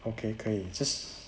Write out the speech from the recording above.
okay 可以 just